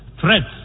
threats